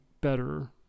better